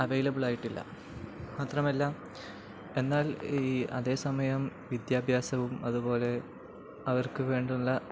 അവൈലബിളായിട്ടില്ല മാത്രമല്ല എന്നാൽ ഈ അതേ സമയം വിദ്യാഭ്യാസവും അതുപോലെ അവർക്കു വേണ്ടുള്ള